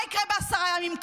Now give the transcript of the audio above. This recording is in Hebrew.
מה יקרה בעשרה ימים?